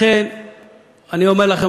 לכן אני אומר לכם,